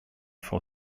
for